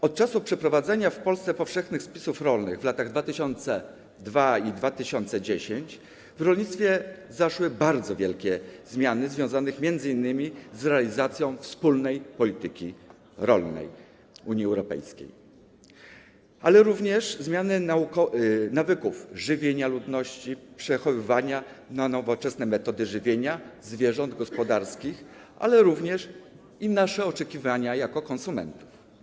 Od czasu przeprowadzenia w Polsce powszechnych spisów rolnych w latach 2002 i 2010 w rolnictwie zaszło bardzo wiele zmian związanych m.in. z realizacją wspólnej polityki rolnej Unii Europejskiej, a także zmian nawyków żywieniowych ludności związanych z przechodzeniem na nowoczesne metody żywienia zwierząt gospodarskich, jak również zmieniły się nasze oczekiwania jako konsumentów.